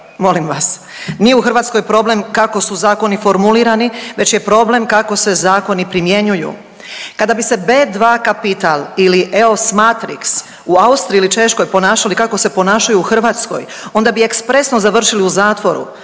Molim vas. Nije u Hrvatskoj problem kako su zakoni formulirani, već je problem kako se zakoni primjenjuju. Kada bi se B2 Kapital ili EOS Matrix u Austriji ili Češkoj ponašali kako se ponašaju u Hrvatskoj, onda bi ekspresno završili u zatvoru.